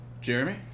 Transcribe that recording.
jeremy